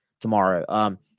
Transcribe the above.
tomorrow